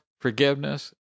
forgiveness